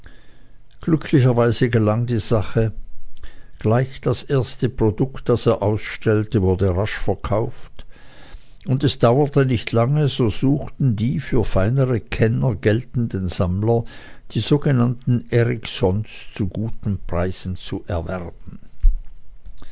glücklicherweise gelang die sache gleich das erste produkt das er ausstellte wurde rasch verkauft und es dauerte nicht lange so suchten die für feinere kenner geltenden sammler die sogenannten eriksons zu guten preisen zu erwerben